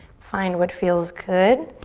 find what feels good.